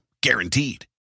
Guaranteed